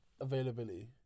availability